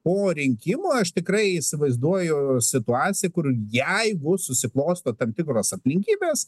po rinkimų aš tikrai įsivaizduoju situaciją kur jeigu susiklosto tam tikros aplinkybės